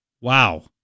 Wow